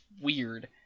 weird